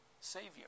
Savior